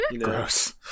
Gross